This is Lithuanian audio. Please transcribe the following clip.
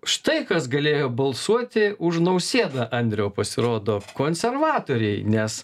štai kas galėjo balsuoti už nausėdą andriau pasirodo konservatoriai nes